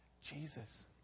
Jesus